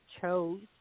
chose